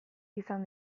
izan